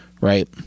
right